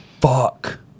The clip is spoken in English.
Fuck